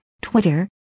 Twitter